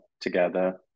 together